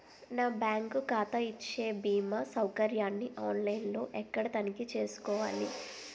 నా బ్యాంకు ఖాతా ఇచ్చే భీమా సౌకర్యాన్ని ఆన్ లైన్ లో ఎక్కడ తనిఖీ చేసుకోవాలి?